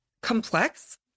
complex